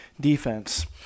defense